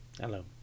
Hello